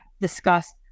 discuss